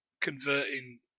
converting